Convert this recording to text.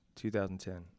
2010